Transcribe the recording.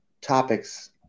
topics